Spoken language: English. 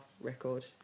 record